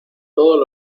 todos